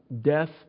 death